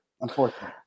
unfortunately